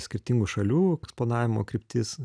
skirtingų šalių eksponavimo kryptis